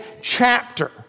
chapter